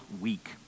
week